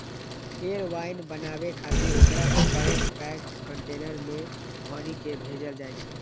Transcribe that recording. फेर वाइन बनाबै खातिर ओकरा पैघ पैघ कंटेनर मे भरि कें भेजल जाइ छै